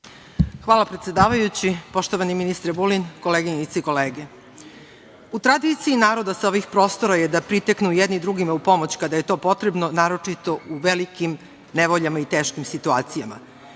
Hvala, predsedavajući. Poštovani ministre Vulin, koleginice i kolege, u tradiciji naroda sa ovih prostora je da priteknu jedni drugima u pomoć kada je to potrebno, naročito u velikim nevoljama i teškim situacijama.